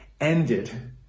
ended